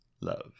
love